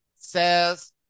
says